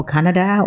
Canada